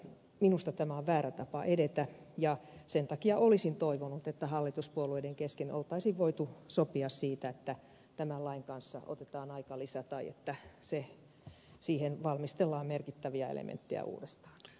minusta tämä on väärä tapa edetä ja sen takia olisin toivonut että hallituspuolueiden kesken olisi voitu sopia siitä että tämän lain kanssa otetaan aikalisä tai siihen valmistellaan merkittäviä elementtejä uudestaan